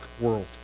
world